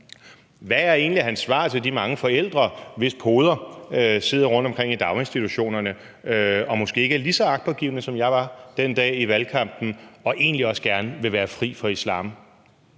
Hvad er egentlig hans svar til de mange forældre, hvis poder sidder rundtomkring i daginstitutionerne, og som måske ikke er lige så agtpågivende, som jeg var den dag i valgkampen, og egentlig også gerne vil være fri for islam?